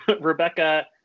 rebecca